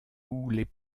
les